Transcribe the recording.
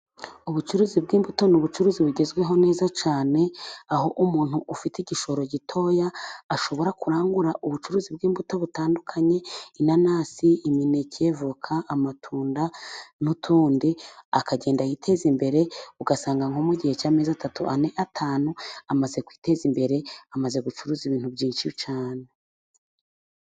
Ubucuruzi bw'imbuto ni ubucuruzi bugezweho neza cyane, aho umuntu ufite igishoro gitoya ashobora kurangura ubucuruzi bw'imbuto butandukanye: inanasi, imineke, voka, amatunda n'utundi akagenda yiteza imbere, ugasanga nko mu gihe cy'amezi atatu, ane, atanu, amaze kwiteza imbere, amaze gucuruza ibintu byinshi cyane.